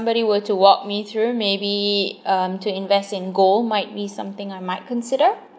were to walk me through maybe um to invest in gold might be something I might consider